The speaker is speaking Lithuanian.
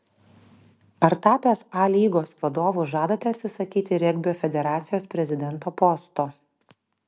ar tapęs a lygos vadovu žadate atsisakyti regbio federacijos prezidento posto